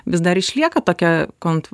vis dar išlieka tokia kont